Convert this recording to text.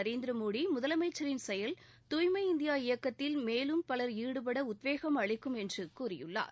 நரேந்திர மோடி முதலமைச்சரின் செயல் தூய்மை இந்தியா இயக்கத்தில் மேலும் பலர் ஈடுபட உத்வேகம் அளிக்கும் என்று கூறியுள்ளார்